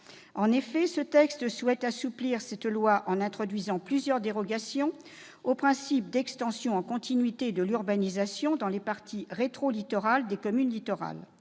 creuses. Ce texte tend à assouplir cette loi, en introduisant plusieurs dérogations au principe d'extension en continuité de l'urbanisation dans les parties rétro-littorales des communes littorales.